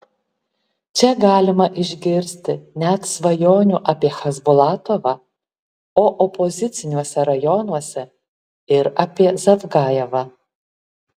čia galima išgirsti net svajonių apie chasbulatovą o opoziciniuose rajonuose ir apie zavgajevą